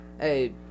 hey